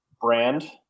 brand